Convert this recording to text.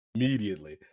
Immediately